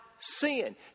sin